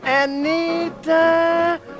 Anita